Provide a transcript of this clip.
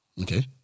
Okay